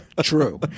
True